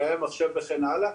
מדעי המחשב וכן הלאה,